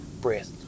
breath